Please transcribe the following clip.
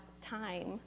time